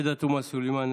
עאידה תומא סלימאן,